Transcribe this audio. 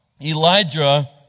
Elijah